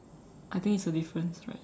I think it's a difference right